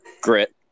Grit